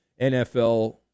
NFL